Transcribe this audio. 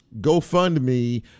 GoFundMe